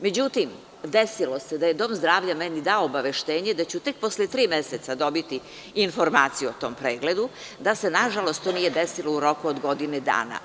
Međutim, desilo se da je dom zdravlja meni dao obaveštenje da ću tek posle tri meseca dobiti informaciju o tom pregledu, da se nažalost to nije desilo u roku od godinu dana.